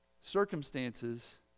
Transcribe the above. Circumstances